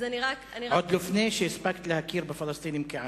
אז אני רק, עוד לפני שהספקת להכיר בפלסטינים כעם.